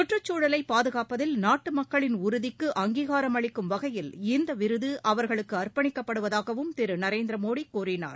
சுற்றுச்சூழலை பாதுகாப்பதில் நாட்டு மக்களின் உறுதிக்கு அங்கீகாரம் அளிக்கும் வகையில் இந்த விருது அவர்களுக்கு அர்ப்பணிக்கப்படுவதாகவும் திரு நரேந்திரமோடி கூறினார்